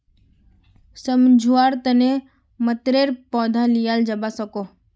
सम्झुआर तने मतरेर पौधा लियाल जावा सकोह